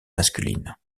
masculine